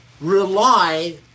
rely